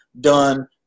done